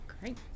Great